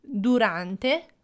DURANTE